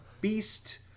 beast